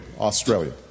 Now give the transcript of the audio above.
Australia